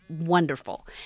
wonderful